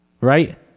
right